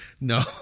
No